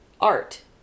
art